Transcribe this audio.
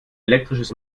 elektrisches